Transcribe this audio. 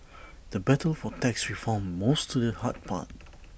the battle for tax reform moves to the hard part